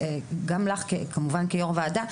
גם לך כיו"ר ועדה,